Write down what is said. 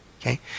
okay